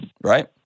Right